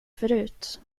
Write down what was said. förut